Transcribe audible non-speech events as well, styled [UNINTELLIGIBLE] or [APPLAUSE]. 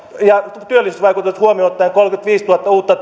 ja työllisyysvaikutukset huomioon ottaen työllistää kolmekymmentäviisituhatta uutta [UNINTELLIGIBLE]